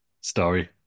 story